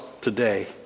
today